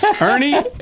Ernie